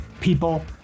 people